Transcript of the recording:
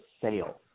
sale